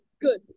good